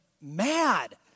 mad